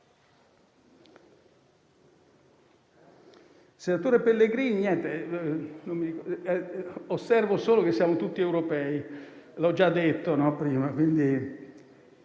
senatore Marco Pellegrini, osservo solo che siamo tutti europei, come ho già detto prima.